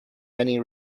many